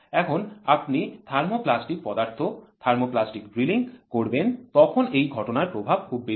যখন আপনি থার্মোপ্লাস্টিক পদার্থ থার্মোপ্লাস্টিক ড্রিলিং করবেন তখন এই ঘটনার প্রভাব খুব বেশি